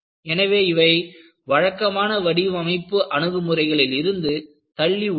எனவே இவை வழக்கமான வடிவமைப்பு அணுகுமுறைகளில் இருந்து தள்ளி உள்ளது